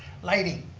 lighting.